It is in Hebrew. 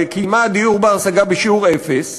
וקיימה דיור בר-השגה בשיעור אפס.